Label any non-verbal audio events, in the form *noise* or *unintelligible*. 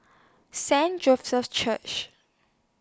Saint *unintelligible* Church